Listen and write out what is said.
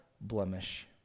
blemish